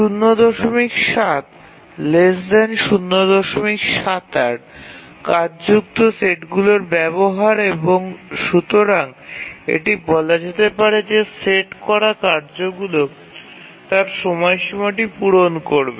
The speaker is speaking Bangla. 0৭ 0৭৮ কাজযুক্ত সেটগুলির ব্যবহার এবং সুতরাং এটি বলা যেতে পারে যে সেট করা কার্যগুলি তার সময়সীমাটি পূরণ করবে